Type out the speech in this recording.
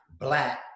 black